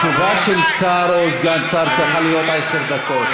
תשובה של שר או סגן שר צריכה להיות עשר דקות.